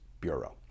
bureau